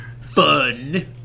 fun